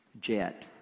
jet